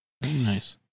Nice